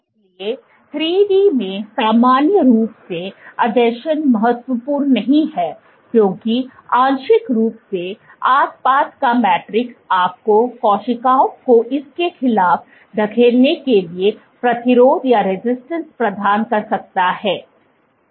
इसलिए 3D में सामान्य रूप से आसंजन महत्वपूर्ण नहीं है क्योंकि आंशिक रूप से आस पास का मैट्रिक्स आपको कोशिका को इसके खिलाफ धकेलने के लिए प्रतिरोध प्रदान कर सकता है